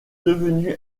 devenu